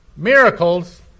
Miracles